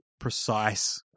precise